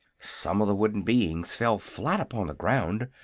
some of the wooden beings fell flat upon the ground,